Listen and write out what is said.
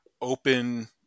open